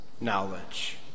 knowledge